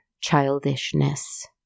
childishness